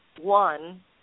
one